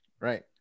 Right